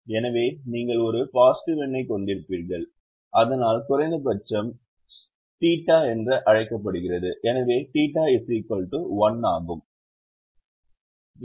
எனவே நீங்கள் ஒரு பாசிட்டிவ் எண்ணைக் கொண்டிருப்பீர்கள் இதனால் குறைந்தபட்சம் θ என அழைக்கப்படுகிறது எனவே θ 1 ஆகும்